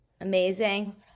amazing